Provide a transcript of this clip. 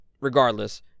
regardless